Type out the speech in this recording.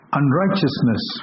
unrighteousness